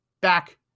back